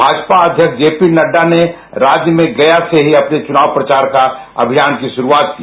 भाजपा अध्यक्ष J P Nadda ने राज्य में ईमामगंज से ही अपने चुनाव प्रचार अभियान की शुरुआत की